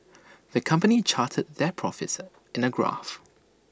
the company charted their profits in A graph